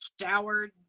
showered